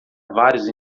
vários